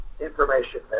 information